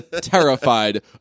terrified